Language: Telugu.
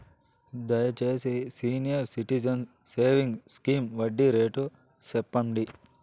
దయచేసి సీనియర్ సిటిజన్స్ సేవింగ్స్ స్కీమ్ వడ్డీ రేటు సెప్పండి